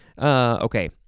Okay